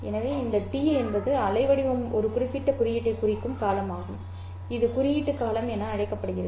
எனவே இந்த டி என்பது அலைவடிவம் ஒரு குறிப்பிட்ட குறியீட்டைக் குறிக்கும் காலமாகும் இது குறியீட்டு காலம் என அழைக்கப்படுகிறது